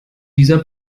dieser